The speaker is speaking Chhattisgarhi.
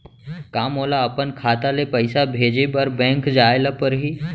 का मोला अपन खाता ले पइसा भेजे बर बैंक जाय ल परही?